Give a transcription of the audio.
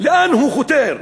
לאן הוא חותר,